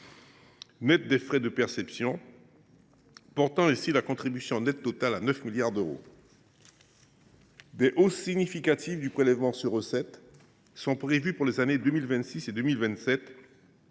nets des frais de perception, portant ainsi la contribution nette totale à 9 milliards d’euros. Des hausses significatives du prélèvement sur recettes sont prévues pour les années 2026 et 2027